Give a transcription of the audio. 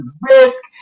risk